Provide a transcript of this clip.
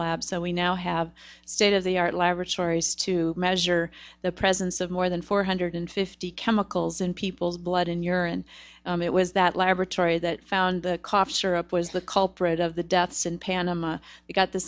lab so we now have state of the art laboratories to measure the presence of more than four hundred fifty chemicals in people's blood and urine it was that laboratory that found the cough syrup was the culprit of the deaths in panama we got the